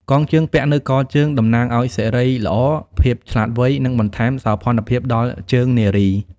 កងជើងពាក់នៅកជើង តំណាងឱ្យសិរីល្អ ភាពឆ្លាតវៃ និងបន្ថែមសោភ័ណភាពដល់ជើងនារី។